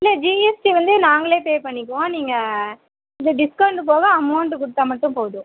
இல்லை ஜிஎஸ்டி வந்து நாங்களே பே பண்ணிக்குவோம் நீங்கள் இது டிஸ்கௌண்டு போக அமௌண்டு கொடுத்தா மட்டும் போதும்